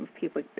people